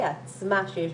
זאת